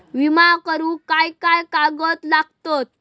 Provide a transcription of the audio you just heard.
विमा करुक काय काय कागद लागतत?